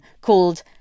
called